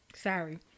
Sorry